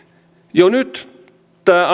jo nyt tämä